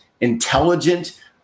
intelligent